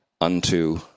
unto